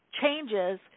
changes